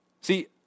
See